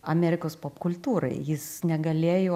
amerikos popkultūrai jis negalėjo